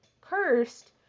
Cursed